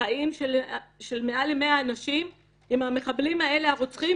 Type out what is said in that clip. חיים של מעל 100 אנשים אם המחבלים הרוצחים האלה,